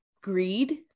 greed